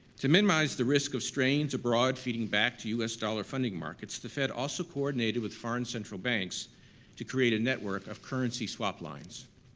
to minimize the risk of strains abroad feeding back to u s. dollar funding markets, the fed also coordinated with foreign central banks to create a network of currency swap lines.